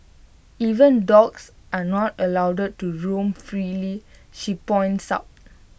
even dogs are not allowed to roam freely she points out